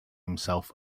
himself